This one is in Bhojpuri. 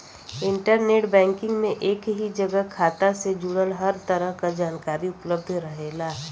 इंटरनेट बैंकिंग में एक ही जगह खाता से जुड़ल हर तरह क जानकारी उपलब्ध रहेला